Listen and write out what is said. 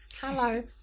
Hello